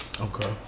Okay